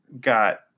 got